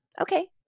Okay